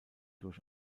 durch